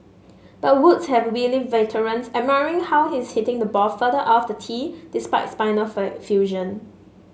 but Woods has wily veterans admiring how he is hitting the ball further off the tee despite spinal fusion